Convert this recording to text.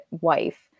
wife